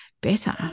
better